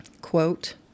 quote